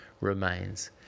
remains